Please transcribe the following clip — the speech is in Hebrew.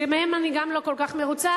שגם מהן אני לא כל כך מרוצה,